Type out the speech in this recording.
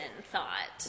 thought